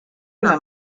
una